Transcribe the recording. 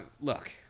Look